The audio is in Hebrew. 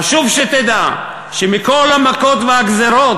חשוב שתדע שמכל המכות והגזירות,